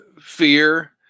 Fear